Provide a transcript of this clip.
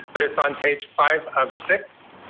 but it's on page five of six,